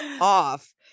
off